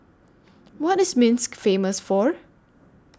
What IS Minsk Famous For